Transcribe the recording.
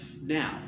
now